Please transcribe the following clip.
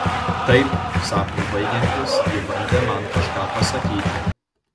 taip sapnui baigiantis ji bandė man kažką pasakyti